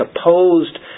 opposed